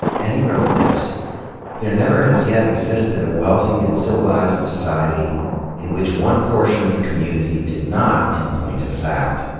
and he wrote this there never has yet existed a wealthy and civilized society in which one portion of the community did not, in point of fact,